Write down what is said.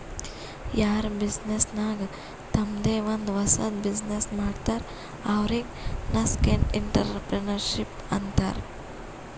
ಯಾರ್ ಬಿಸಿನ್ನೆಸ್ ನಾಗ್ ತಂಮ್ದೆ ಒಂದ್ ಹೊಸದ್ ಬಿಸಿನ್ನೆಸ್ ಮಾಡ್ತಾರ್ ಅವ್ರಿಗೆ ನಸ್ಕೆಂಟ್ಇಂಟರಪ್ರೆನರ್ಶಿಪ್ ಅಂತಾರ್